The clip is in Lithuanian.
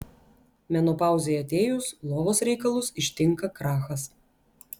menopauzei atėjus lovos reikalus ištinka krachas